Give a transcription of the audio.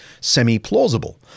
semi-plausible